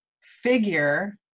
figure